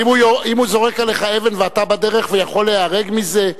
אבל אם הוא זורק עליך אבן ואתה בדרך ויכול ליהרג מזה,